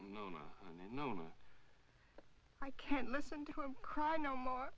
moma no no i can't listen to him cry no more